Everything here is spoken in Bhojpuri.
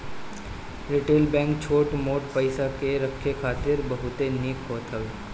रिटेल बैंक छोट मोट पईसा के रखे खातिर बहुते निक होत हवे